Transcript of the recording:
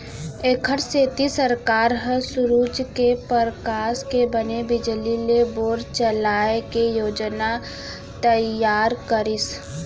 एखरे सेती सरकार ह सूरूज के परकास के बने बिजली ले बोर चलाए के योजना तइयार करिस